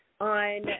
on –